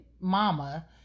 mama